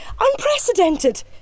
Unprecedented